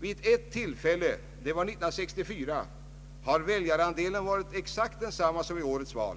Vid ett tillfälle — det var 1964 — har väljarandelen varit exakt densamma som vid årets val.